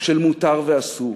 של מותר ואסור.